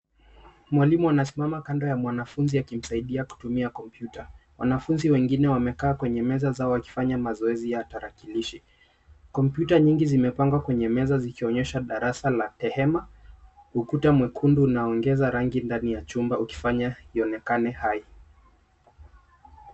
Mwalimu anasimama kando ya mwanafunzi akimsaidia kutumia kompyuta. Wanafunzi wengine wamekaa kwenye meza zao wakifanya mazoezi ya tarakilishi. Kompyuta nyingi zimepangwa kwenye meza zikionyesha darasa la hema, ukuta mwekundu unaongeza rangi ndani ya chumba ukifanya ionekane hai.